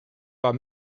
war